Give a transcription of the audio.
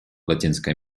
латинской